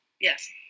Yes